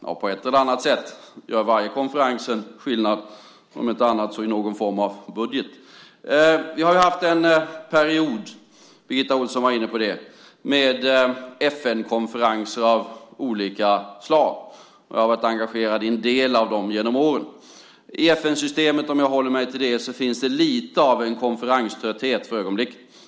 Ja, på ett eller annat sätt gör varje konferens en skillnad, om inte annat så i någon form av budget. Vi har haft en period - Birgitta Ohlsson var inne på det - med FN-konferenser av olika slag. Jag har varit engagerad i en del av dem genom åren. I FN-systemet, om jag håller mig till det, finns det lite av en konferenströtthet för ögonblicket.